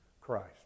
Christ